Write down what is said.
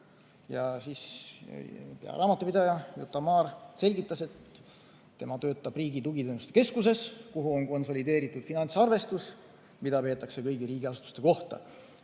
roll. Pearaamatupidaja Juta Maar selgitas, et tema töötab Riigi Tugiteenuste Keskuses, kuhu on konsolideeritud finantsarvestus, mida peetakse kõigi riigiasutuste kohta.